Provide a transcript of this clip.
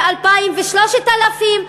ו-2,000 ו-3,000,